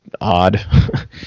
odd